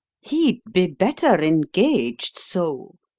he'd be better engaged so,